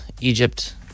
Egypt